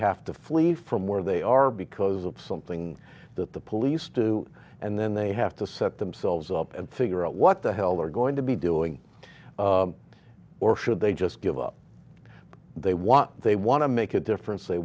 have to flee from where they are because of something that the police do and then they have to set themselves up and figure out what the hell are going to be doing or should they just give up they want they want to make a difference they